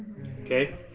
Okay